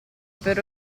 per